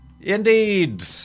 Indeed